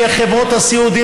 כי חברות הסיעוד,